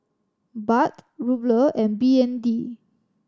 Baht Ruble and B N D